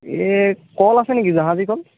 এই কল আছে নেকি জাহাজী কল